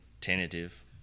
tentative